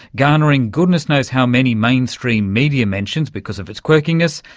garnering goodness knows how many mainstream media mentions because of its quirkiness,